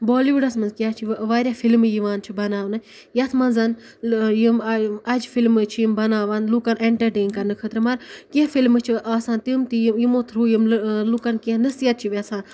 بولیٖوُڈَس منٛز کیٛاہ چھِ واریاہ فِلمہٕ یِوان چھِ بَناونہٕ یَتھ منٛز یِم اَجہِ فِلمہٕ چھِ یِم بَناوَن لُکَن اٮ۪نٹَرٹین کَرنہٕ خٲطرٕ مگر کینٛہہ فِلمہٕ چھِ آسان تِم تہِ یہِ یِمو تھرٛوٗ یِم لُکَن کینٛہہ نصیٖحت چھِ یِم یَژھان